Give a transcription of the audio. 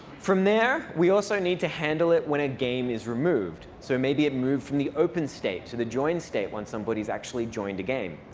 from there, we also need to handle it when a game is removed. so maybe it moved from the open state to the join state when somebody's actually joined a game.